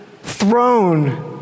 throne